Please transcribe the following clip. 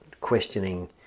questioning